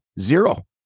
Zero